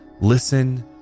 listen